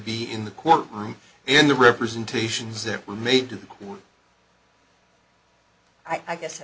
in the court room in the representations that were made to the i guess